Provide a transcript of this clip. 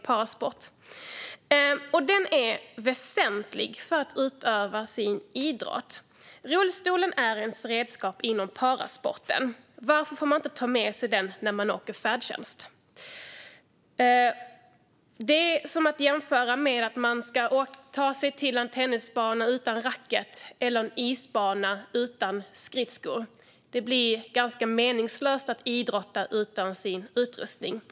Specialrullstolen är väsentlig för att man ska kunna utöva sin idrott. Inom parasporten är rullstolen ett redskap. Varför får man inte ta med sig den när man åker färdtjänst? Man kan jämföra det med att man tar sig till en tennisbana utan racket eller till en isbana utan skridskor. Det blir meningslöst att idrotta utan sin utrustning.